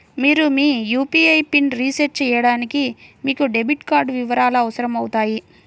మీరు మీ యూ.పీ.ఐ పిన్ని రీసెట్ చేయడానికి మీకు డెబిట్ కార్డ్ వివరాలు అవసరమవుతాయి